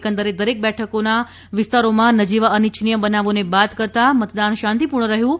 એકંદરે દરેક બેઠકોના વિસ્તારોમાં નજીવા અનિચ્છનીય બનાવોને બાદ કરતાં મતદાન શાંતિપૂર્ણ રહ્યું છે